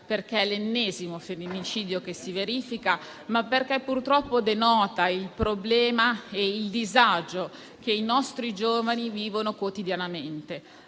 perché è l'ennesimo femminicidio che si verifica, ma perché purtroppo denota il problema e il disagio che i nostri giovani vivono quotidianamente.